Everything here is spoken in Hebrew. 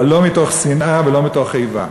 אבל לא מתוך שנאה ולא מתוך איבה.